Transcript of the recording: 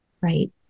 Right